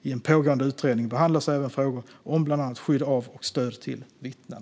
I en pågående utredning behandlas även frågor om bland annat skydd av och stöd till vittnen.